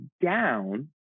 down